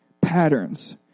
Patterns